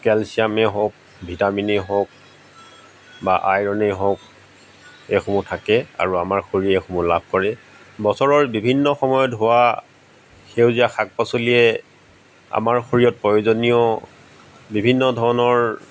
কেলছিয়ামে হওক ভিটামিনেই হওক বা আইৰণে হওক এইসমূহ থাকে আৰু আমাৰ শৰীৰে এইসমূহ লাভ কৰে বছৰৰ বিভিন্ন সময়ত হোৱা সেউজীয়া শাক পাচলিয়ে আমাৰ শৰীৰত প্ৰয়োজনীয় বিভিন্ন ধৰণৰ